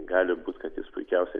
gali būti kad jis puikiausiai